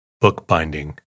Bookbinding